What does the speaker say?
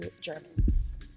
Germans